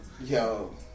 Yo